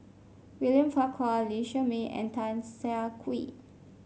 William Farquhar Lee Shermay and Tan Siah Kwee